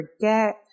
forget